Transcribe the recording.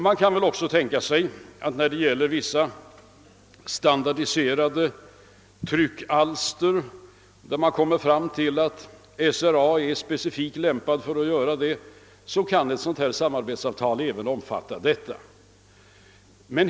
Man kan också tänka sig att om man finner att SRA är specifikt lämpat att utföra vissa standardiserade tryckalster, kan samarbetsavtalet naturligtvis även omfatta dessa.